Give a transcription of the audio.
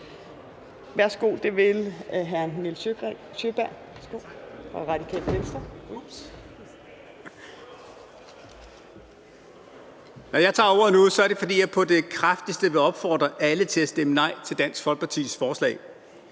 (Ordfører) Nils Sjøberg (RV): Når jeg tager ordet nu, er det, fordi jeg på det kraftigste vil opfordre alle til at stemme nej til Dansk Folkepartis forslag.